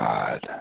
God